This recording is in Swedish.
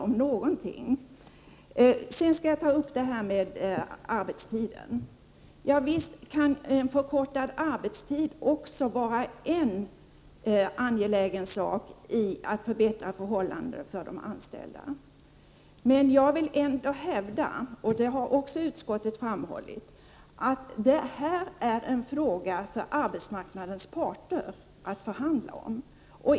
Jag vill sedan ta upp arbetstiderna. Visst kan en förkortad arbetstid också vara en angelägen åtgärd när det gäller att förbättra förhållandena för de anställda. Men jag vill ändå hävda — och det har utskottet också framhållit — att detta är en fråga för arbetsmarknadens parter att förhandla om.